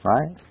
Right